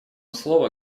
слово